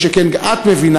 שכן את מבינה,